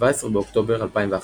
17 באוקטובר 2011